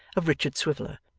of richard swiveller,